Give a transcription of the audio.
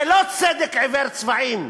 זה לא צדק עיוור צבעים,